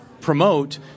promote